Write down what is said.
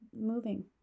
moving